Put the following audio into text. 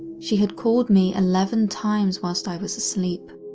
she had called me eleven times while i was asleep.